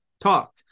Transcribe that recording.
talk